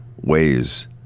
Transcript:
ways